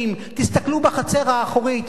תסתכלו בחצר האחורית,